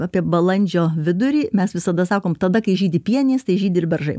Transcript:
apie balandžio vidurį mes visada sakom tada kai žydi pienės žydi ir beržai